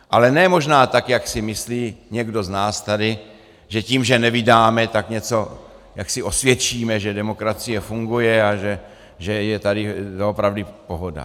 Ale ne možná tak, jak si myslí někdo z nás tady, že tím, že nevydáme, tak něco jaksi osvědčíme, že demokracie funguje a že je tady doopravdy pohoda.